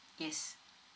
yes